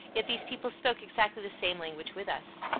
yet these people spoke exactly the same language with us.